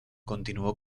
continuó